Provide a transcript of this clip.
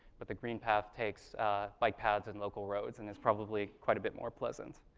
but the green path takes bike paths and local roads, and it's probably quite a bit more pleasant.